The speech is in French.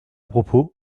propos